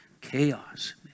chaos